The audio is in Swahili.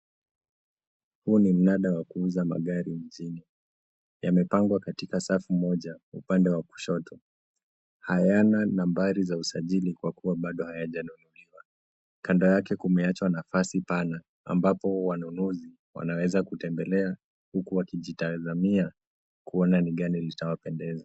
Huu ni mnanda wa kuuza magari nyingi. Yamepangwa katika safu mmoja, upande wa kushoto. Hayana nambari za usajili kwa kua bado hayajanunuliwa. Kando yake kumeachwa nafasi pana, ambapo wanunuzi wanaweza kutembelea, huku wakijitazamia, kuona ni gani litawapendeza.